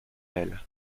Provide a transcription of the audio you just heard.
elles